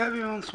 אני גבי מנסור,